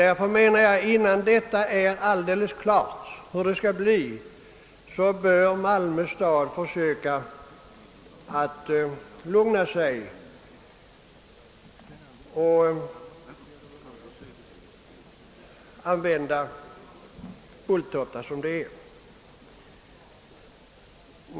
Därför menar jag att innan det är alldeles klart hur det skall bli bör Malmö stad försöka lugna sig och använda Bulltofta som det är.